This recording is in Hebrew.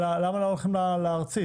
למה לא הולכים לארצית?